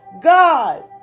God